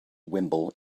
wimble